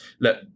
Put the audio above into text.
look